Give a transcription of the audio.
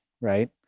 right